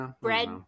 bread